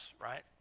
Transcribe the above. right